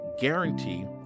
guarantee